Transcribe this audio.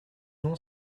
non